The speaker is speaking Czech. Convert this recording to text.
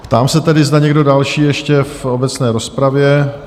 Ptám se tedy, zda někdo další ještě v obecné rozpravě?